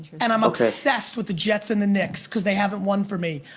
and i'm obsessed with the jets and the knicks cause they haven't won for me.